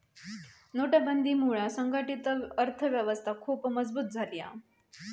नोटबंदीमुळा संघटीत अर्थ व्यवस्था खुप मजबुत झाली हा